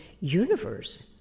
universe